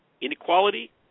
inequality